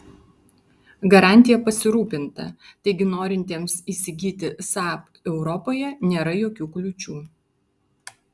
garantija pasirūpinta taigi norintiems įsigyti saab europoje nėra jokių kliūčių